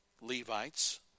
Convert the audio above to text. Levites